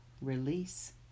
Release